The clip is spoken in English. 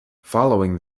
following